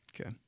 Okay